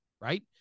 Right